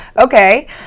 okay